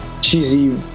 cheesy